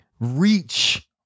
reach